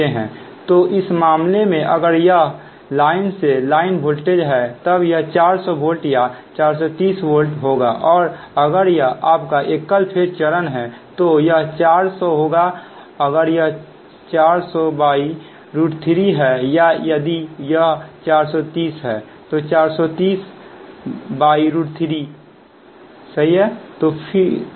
तो इस मामले में अगर यह लाइन से लाइन वोल्टेज है तब यह 400 वोल्ट या 430 वोल्ट होगा और अगर यह आपका एकल फेज चरण है तो यह 400 होगा अगर यह 430√3 है या यदि यह 430 है तो 430√3 सही है